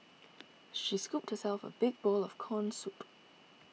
she scooped herself a big bowl of Corn Soup